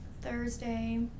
thursday